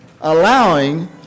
allowing